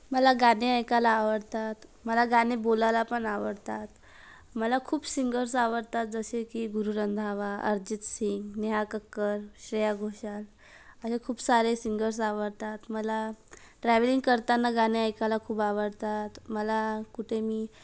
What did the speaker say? मला गाणे ऐकायला आवडतात मला गाणे बोलायला पण आवडतात मला खूप सिंगर्स आवडतात जसे की गुरु रंधावा अरजित सिंग नेहा कक्कर श्रेया घोषाल असे खूप सारे सिंगर्स आवडतात मला ट्रॅव्हलिंग करताना गाणे ऐकायला खूप आवडतात मला कुठे मी